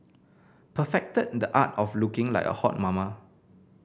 perfected the art of looking like a hot mama